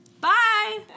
Bye